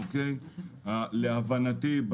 להבנתי,